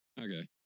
Okay